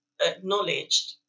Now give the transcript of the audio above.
acknowledged